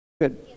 Good